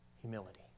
Humility